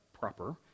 proper